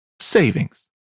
savings